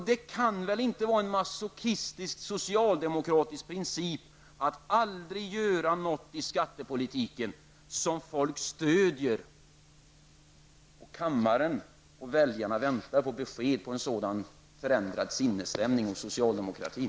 Det kan väl inte vara en masochistisk socialdemokratisk princip att aldrig göra något i skattepolitiken som folk stöder? Kammaren och väljarna väntar på besked om en sådan förändrad sinnesstämning hos socialdemokratin.